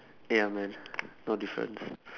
ya man no difference